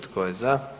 Tko je za?